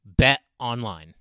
betonline